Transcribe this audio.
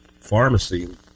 Pharmacy